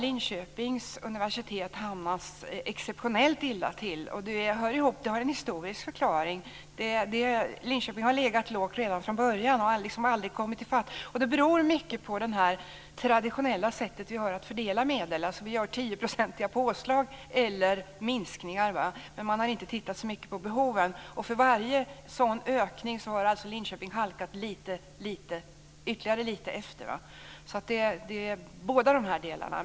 Linköpings universitet har hamnat exceptionellt illa till. Det har en historisk förklaring. Linköping har legat lågt redan från början och aldrig kommit i fatt. Det beror mycket på det traditionella sätt som vi har att fördela medel. Vi gör 10-procentiga påslag eller minskningar. Man har inte tittat så mycket på behoven. För varje sådan ökning har alltså Linköping halkat ytterligare lite efter. Det handlar alltså om båda de här delarna.